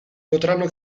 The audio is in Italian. potranno